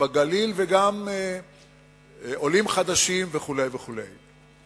בגליל, וגם עולים חדשים וכו' וכו'.